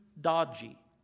dodgy